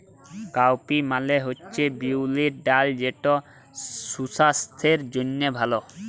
cowpea মালে হছে বিউলির ডাল যেট সুসাস্থের জ্যনহে ভাল